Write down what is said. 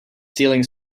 stealing